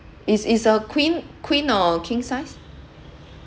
is is a queen queen or king size